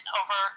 over